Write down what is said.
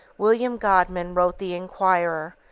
william godwin wrote the inquirer,